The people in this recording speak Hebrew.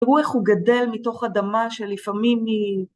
תראו איך הוא גדל מתוך אדמה שלפעמים היא...